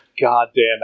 goddamn